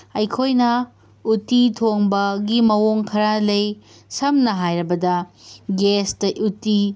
ꯑꯩꯈꯣꯏꯅ ꯎꯇꯤ ꯊꯣꯡꯕꯒꯤ ꯃꯑꯣꯡ ꯈꯔ ꯂꯩ ꯁꯝꯅ ꯍꯥꯏꯔꯕꯗꯤ ꯒ꯭ꯌꯥꯁꯇ ꯎꯇꯤ